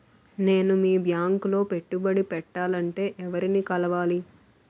నేను మీ బ్యాంక్ లో పెట్టుబడి పెట్టాలంటే ఎవరిని కలవాలి?